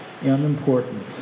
unimportant